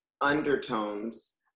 undertones